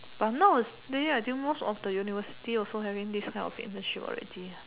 but nowadays I think most of the university also having this kind of internship already lah